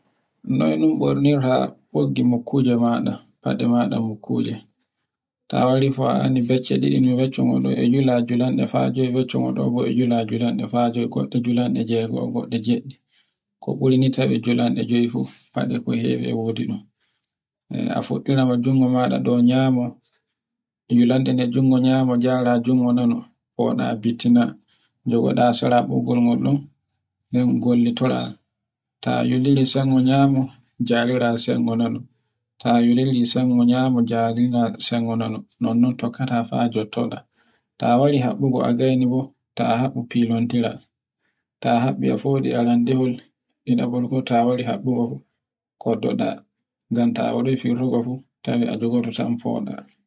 noy no bornirta boggi makkuji maɗa faɗe maɗa mo kuje, ta wari fu a anndi becce ɗiɗi no beccen ngolɗon ngol wulango. Ko burni tan e juli jewi fu a fuɗɗirawai junjo mada dou nyanmo, ulanden jungo nyamo njara jungo nano foɗa bittina jogoɗa sera boggolma ngol, nden gollitora ta wiliri sengo nyamo jawora sango nano, ta wiliri sengo nyamo jawora sango nano nonno tokkata fa e jottoɗa. ta wari habbugo a gaiyi bo ta habu filontira towi a jogoto samfoɗa.